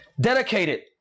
dedicated